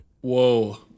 Whoa